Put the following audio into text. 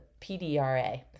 PDRA